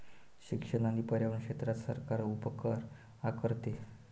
शिक्षण आणि पर्यावरण क्षेत्रात सरकार उपकर आकारते